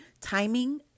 Timing